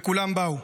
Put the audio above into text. וכולם באו.